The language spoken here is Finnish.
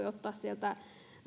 ottaa sieltä